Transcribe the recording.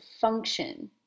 function